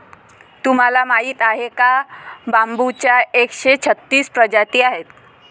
तुम्हाला माहीत आहे का बांबूच्या एकशे छत्तीस प्रजाती आहेत